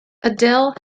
adele